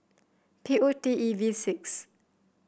P O T E V six